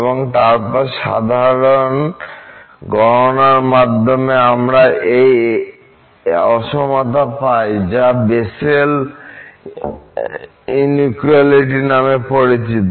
এবং তারপরে সাধারণ গণনার মাধ্যমে আমরা এই অসমতা পাই যা বেসেলের ইনউকুয়ালিটি নামে পরিচিত